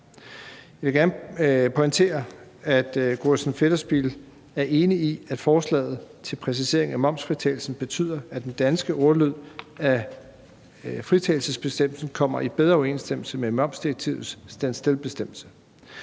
Jeg vil gerne pointere, at Gorrissen Federspiel er enig i, at forslaget til præcisering af momsfritagelsen betyder, at den danske ordlyd af fritagelsesbestemmelsen kommer i bedre overensstemmelse med momsdirektivets stand still-bestemmelse.